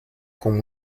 con